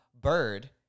Bird